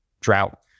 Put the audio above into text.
drought